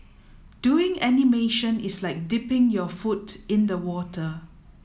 doing animation is like dipping your foot in the water